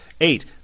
eight